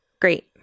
great